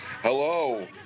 Hello